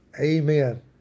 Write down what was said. Amen